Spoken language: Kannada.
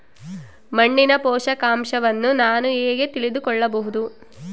ಮಣ್ಣಿನ ಪೋಷಕಾಂಶವನ್ನು ನಾನು ಹೇಗೆ ತಿಳಿದುಕೊಳ್ಳಬಹುದು?